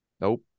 Nope